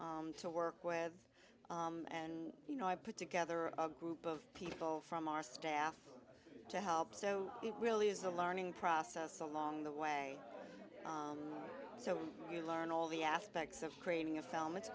mentor to work with and you know i put together a group of people from our staff to help so it really is a learning process along the way so you learn all the aspects of creating a film it's